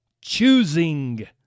choosing